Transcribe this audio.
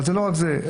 אבל לא רק זה,